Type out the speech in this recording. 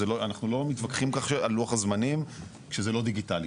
אנחנו לא מתווכחים על לוח הזמנים שזה לא דיגיטלי,